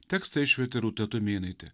tekstą išvertė rūta tumėnaitė